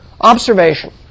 observation